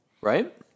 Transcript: right